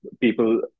People